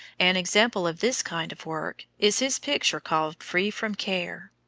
an example of this kind of work is his picture called free from care.